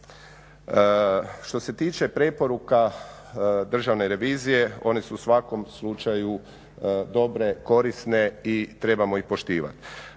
Što se tiče preporuka Državne revizije one su u svakom slučaju dobre, korisne i trebamo ih poštivati.